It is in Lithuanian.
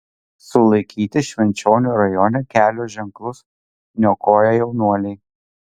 sulaikyti švenčionių rajone kelio ženklus niokoję jaunuoliai